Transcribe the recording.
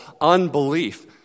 Unbelief